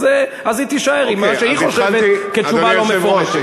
אז היא תישאר עם מה שהיא חושבת כתשובה לא מפורטת.